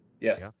Yes